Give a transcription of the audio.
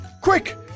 quick